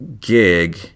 gig